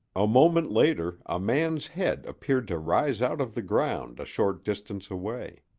a moment later a man's head appeared to rise out of the ground a short distance away.